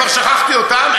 כבר שכחתי אותם,